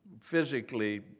physically